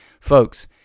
folks